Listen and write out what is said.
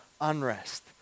unrest